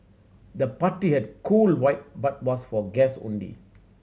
the party had cool vibe but was for guest only